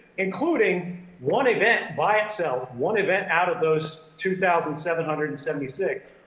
including one event by itself, one event out of those two thousand seven hundred and seventy six,